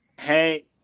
Hey